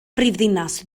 brifddinas